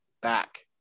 back